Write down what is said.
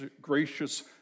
gracious